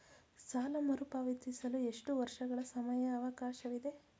ಸಾಲ ಮರುಪಾವತಿಸಲು ಎಷ್ಟು ವರ್ಷಗಳ ಸಮಯಾವಕಾಶವಿದೆ?